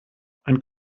ein